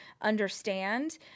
understand